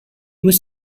was